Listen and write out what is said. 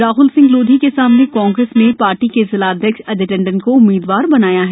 राहल सिंह लोधी के सामने कांग्रेस ने पार्टी के जिला अध्यक्ष अजय टंडन को उम्मीदवार बनाया है